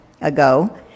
ago